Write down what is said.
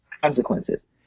Consequences